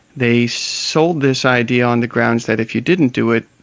they sold this idea on the grounds that if you didn't do it,